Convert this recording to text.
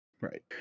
Right